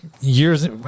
years